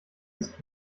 ist